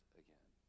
again